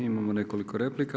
Imamo nekoliko replika.